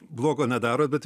blogo nedarot bet